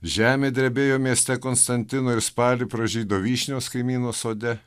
žemė drebėjo mieste konstantino ir spalį pražydo vyšnios kaimyno sode